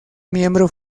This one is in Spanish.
miembro